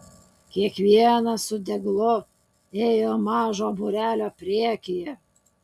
kiekvienas su deglu ėjo mažo būrelio priekyje